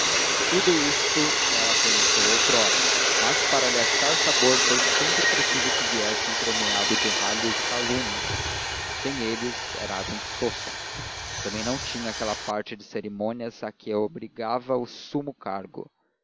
tudo isto ela conheceu outrora mas para lhe achar sabor foi sempre preciso que viesse entremeado de ralhos e calúnias sem eles era água insossa também não tinha aquela parte de cerimônias a que obrigava o sumo cargo